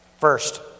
First